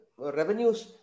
Revenues